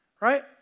right